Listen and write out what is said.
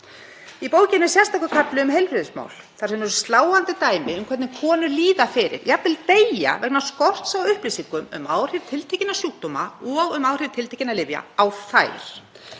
Í bókinni er sérstakur kafli um heilbrigðismál þar sem eru sláandi dæmi um hvernig konur líða fyrir og deyja jafnvel vegna skorts á upplýsingum um áhrif tiltekinna sjúkdóma og um áhrif tiltekinna lyfja á þær,